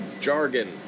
jargon